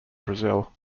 brazil